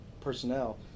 personnel